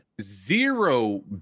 zero